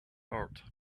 heart